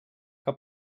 que